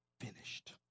finished